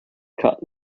cut